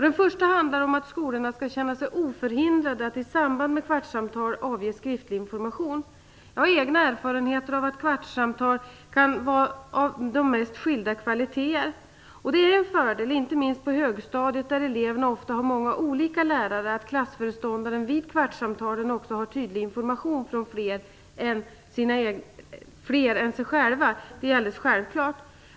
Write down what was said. Den första handlar om att skolorna skall känna sig oförhindrade att i samband med kvartssamtalen avge skriftlig information. Jag har egna erfarenheter av kvartssamtal kan vara av de mest skilda kvaliteter. Att det är en fördel, inte minst på högstadiet där eleverna ofta har många olika lärare, att klassföreståndaren vid kvartssamtalen också har tydlig information från fler än sig själv är självklart.